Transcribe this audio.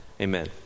Amen